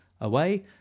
away